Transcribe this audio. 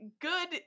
good